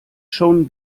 schon